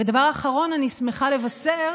ודבר אחרון: אני שמחה לבשר